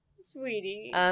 Sweetie